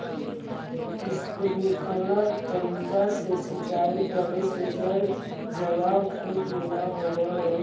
sprinkler तरीका से सिंचाई करे से जल जमाव खेत में न होवऽ हइ